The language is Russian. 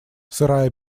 сырая